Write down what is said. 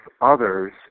others